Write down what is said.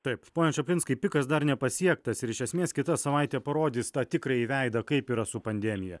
taip pone čaplinskai pikas dar nepasiektas ir iš esmės kita savaitė parodys tą tikrąjį veidą kaip yra su pandemija